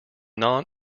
non